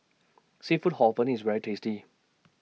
Seafood Hor Fun IS very tasty